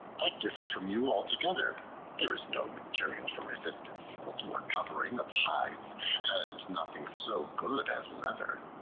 i differ from you altogether there is no material for resistance equal to a covering of hides and nothing so good as leather.